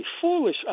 foolish